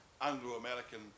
Anglo-American